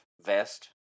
vest